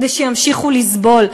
כדי שימשיכו לסבול,